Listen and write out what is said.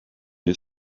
you